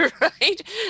right